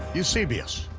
eusebius,